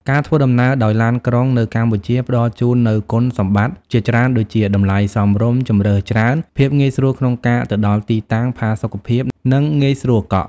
ការធ្វើដំណើរដោយឡានក្រុងនៅកម្ពុជាផ្តល់ជូននូវគុណសម្បត្តិជាច្រើនដូចជា តម្លៃសមរម្យ ជម្រើសច្រើន ភាពងាយស្រួលក្នុងការទៅដល់ទីតាំង ផាសុកភាព និងងាយស្រួលកក់។